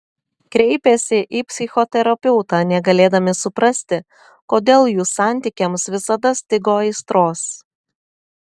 kreipėsi į psichoterapeutą negalėdami suprasti kodėl jų santykiams visada stigo aistros